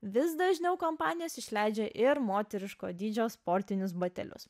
vis dažniau kompanijos išleidžia ir moteriško dydžio sportinius batelius